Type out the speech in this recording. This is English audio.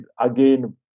again